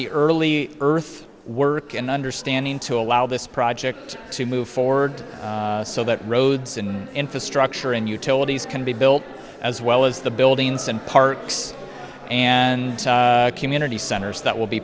the early earth work and understanding to allow this project to move forward so that roads and infrastructure and utilities can be built as well as the buildings and parks and community centers that will be